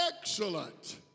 excellent